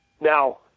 Now